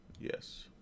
Yes